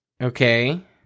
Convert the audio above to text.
Okay